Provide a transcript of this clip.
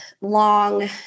long